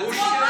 נציג שלך.